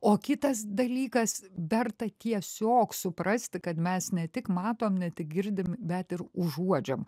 o kitas dalykas verta tiesiog suprasti kad mes ne tik matom ne tik girdim bet ir užuodžiam